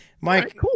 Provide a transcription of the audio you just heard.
Mike